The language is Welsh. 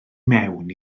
mewn